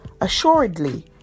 Assuredly